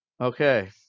okay